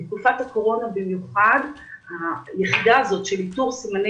בתקופת הקורונה במיוחד היחידה הזאת של איתור סימני